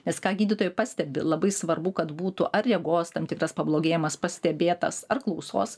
nes ką gydytojai pastebi labai svarbu kad būtų ar regos tam tikras pablogėjimas pastebėtas ar klausos